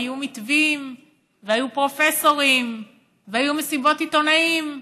היו מתווים והיו פרופסורים והיו מסיבות עיתונאים,